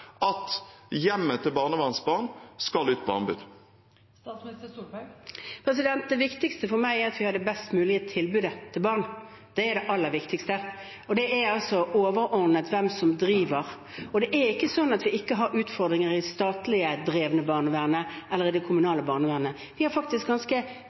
at hjemmet til barnevernsbarn skal ut på anbud? Det viktigste for meg er at vi har det best mulige tilbudet til barn. Det er det aller viktigste, og det er overordnet hvem som driver. Det er ikke slik at vi ikke har utfordringer i det statlig drevne barnevernet eller i det kommunale barnevernet. Vi har faktisk ganske